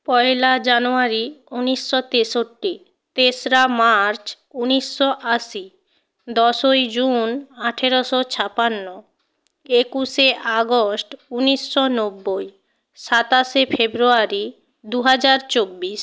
পয়লা জানুয়ারি উনিশশো তেষট্টি তেসরা মার্চ উনিশশো আশি দশই জুন আঠেরোশো ছাপান্ন একুশে আগস্ট উনিশশো নব্বই সাতাশে ফেব্রুয়ারি দু হাজার চব্বিশ